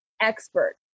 expert